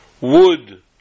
wood